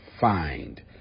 find